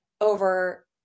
over